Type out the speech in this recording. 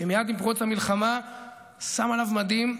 שמייד עם פרוץ המלחמה שם עליו מדים,